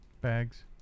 Bags